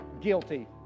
guilty